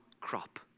crop